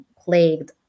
plagued